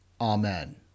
Amen